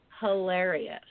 hilarious